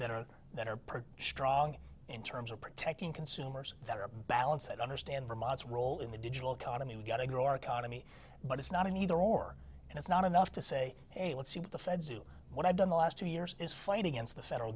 that are that are pretty strong in terms of protecting consumers that are balanced that understand vermont's role in the digital economy we've got to grow our economy but it's not an either or and it's not enough to say hey let's see what the feds do what i've done the last two years is fight against the federal